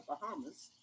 Bahamas